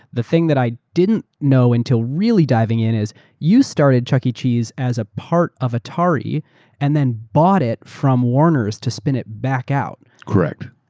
the thing that i didn't know until really diving in is you started chuck e. cheese as a part of atari and then bought it from warner to spin it back out. correct.